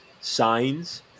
signs